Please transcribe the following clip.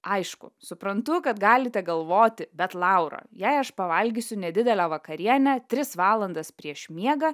aišku suprantu kad galite galvoti bet laura jei aš pavalgysiu nedidelę vakarienę tris valandas prieš miegą